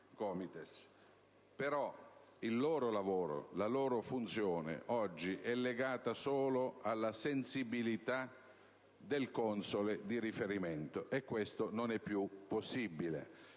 Però, il loro lavoro e la loro funzione sono oggi legati solo alla sensibilità del console di riferimento, e questo non è più possibile.